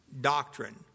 doctrine